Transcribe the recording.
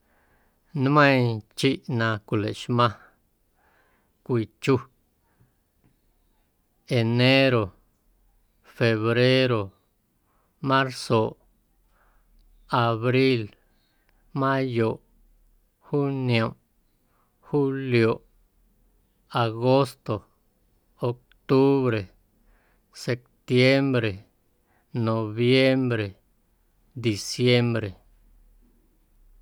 Nmeiiⁿ chiꞌ na cwilaxmaⁿ cwii chu enero, febrero, marzoꞌ, abril, mayoꞌ, juniomꞌ, julioꞌ, agosto, septiembre, octubre, septiembre, noviembre, diciembre.